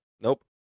Nope